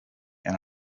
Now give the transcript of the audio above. and